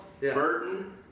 Burton